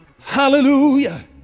Hallelujah